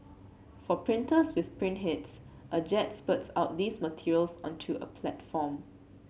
for printers with print heads a jet spurts out these materials onto a platform